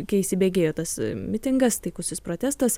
kai įsibegėjo tas mitingas taikusis protestas